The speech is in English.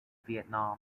vietnam